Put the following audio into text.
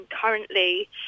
currently